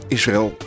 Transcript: Israël